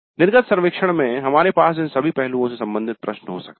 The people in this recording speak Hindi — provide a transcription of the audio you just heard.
निर्गत सर्वेक्षण में हमारे पास इन सभी पहलुओं से संबंधित प्रश्न हो सकते हैं